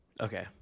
okay